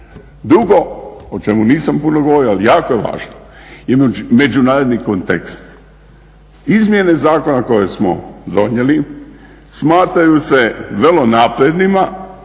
Drugo, o čemu nisam puno govorio ali jako je važno, međunarodni kontekst. Izmjene zakona koje smo donijeli smatraju se vrlo naprednima